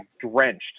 drenched